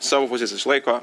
savo puses išlaiko